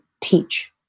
teach